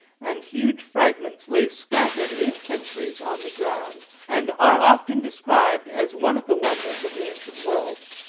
and huge fragments, lay scattered eight centuries on the ground, and are often described as one of the wonders of the ancient world.